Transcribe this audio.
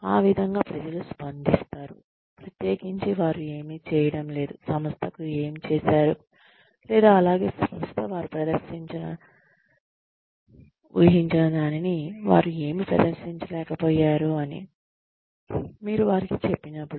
ఆ విధంగా ప్రజలు స్పందిస్తారు ప్రత్యేకించి వారు ఏమి చేయడం లేదు సంస్థకు ఏమి చేసారు లేదా అలాగే సంస్థ వారు ప్రదర్శిస్తారని ఊహించిన దానిని వారు ఏమి ప్రదర్శించలేకపోయారు అని మీరు వారికి చెప్పినప్పుడు